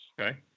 Okay